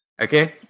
okay